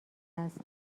است